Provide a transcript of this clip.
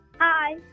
Hi